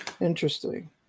Interesting